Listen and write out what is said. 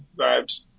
vibes